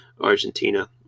Argentina